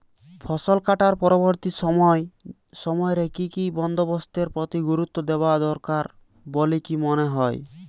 ফসলকাটার পরবর্তী সময় রে কি কি বন্দোবস্তের প্রতি গুরুত্ব দেওয়া দরকার বলিকি মনে হয়?